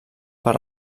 per